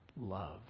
love